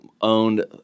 owned